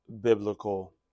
biblical